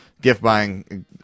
gift-buying